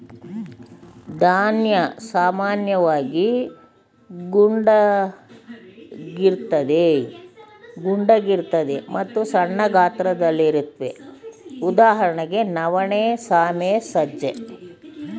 ಧಾನ್ಯ ಸಾಮಾನ್ಯವಾಗಿ ಗುಂಡಗಿರ್ತದೆ ಮತ್ತು ಸಣ್ಣ ಗಾತ್ರದಲ್ಲಿರುತ್ವೆ ಉದಾಹರಣೆಗೆ ನವಣೆ ಸಾಮೆ ಸಜ್ಜೆ